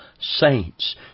saints